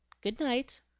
Good-night